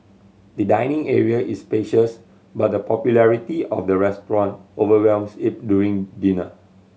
the dining area is spacious but the popularity of the restaurant overwhelms it during dinner